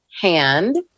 hand